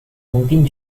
mungkin